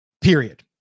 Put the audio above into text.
period